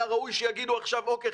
היה ראוי שיגידו עכשיו: אוקיי,